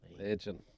legend